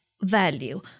value